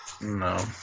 No